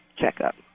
checkup